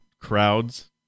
crowds